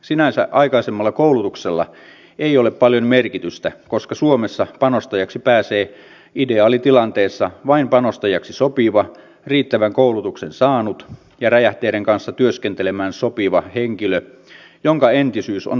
sinänsä aikaisemmalla koulutuksella ei ole paljon merkitystä koska suomessa panostajaksi pääsee ideaalitilanteessa vain panostajaksi sopiva riittävän koulutuksen saanut ja räjähteiden kanssa työskentelemään sopiva henkilö jonka entisyys on varmistettu